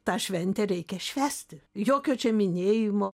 tą šventę reikia švęsti jokio čia minėjimo